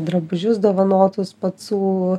drabužius dovanotus pacų